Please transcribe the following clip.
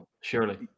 surely